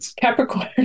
Capricorn